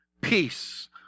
peace